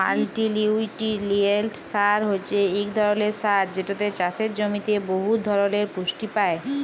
মাল্টিলিউটিরিয়েল্ট সার হছে ইক ধরলের সার যেটতে চাষের জমিতে বহুত ধরলের পুষ্টি পায়